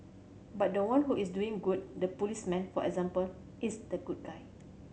but the one who is doing good the policeman for example is the good guy